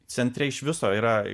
centre iš viso yra